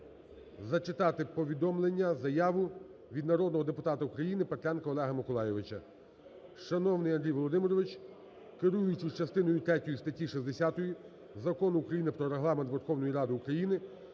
зачитати повідомлення-заяву від народного депутата України Петренка Олега Миколайовича. "Шановний Андрій Володимирович, керуючись частиною третьою статті 60 Закону України "Про Регламент Верховної Ради України",